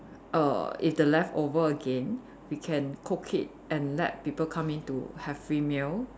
err if the leftover again we can cook it and let people come in to have free meal